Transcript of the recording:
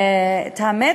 האמת,